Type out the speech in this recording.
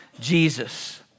Jesus